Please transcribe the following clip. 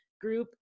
group